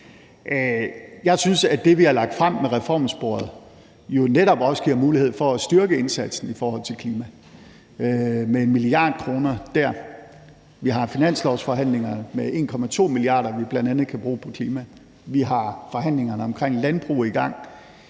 Jeg synes, at det, vi har lagt frem med reformsporet, jo netop også giver mulighed for at styrke indsatsen i forhold til klimaet, med 1 mia. kr. dér. Vi har finanslovsforhandlinger med 1,2 mia. kr., vi bl.a. kan bruge på klimaet, og vi har forhandlingerne omkring landbruget i gang.